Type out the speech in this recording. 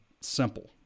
Simple